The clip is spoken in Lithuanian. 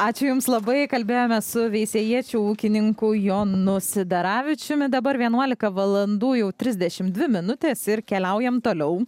ačiū jums labai kalbėjomės veisiejiečių ūkininku jonu sidaravičiumi dabar vienuolika valandų jau trisdešim dvi minutės ir keliaujam toliau